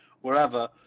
wherever